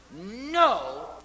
no